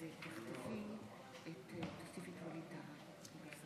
גברתי היושבת בראש,